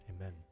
Amen